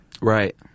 right